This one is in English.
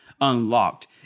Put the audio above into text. unlocked